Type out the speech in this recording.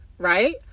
right